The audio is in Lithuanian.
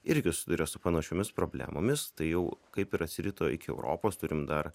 irgi susiduria su panašiomis problemomis tai jau kaip ir atsirito iki europos turim dar